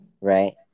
Right